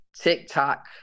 TikTok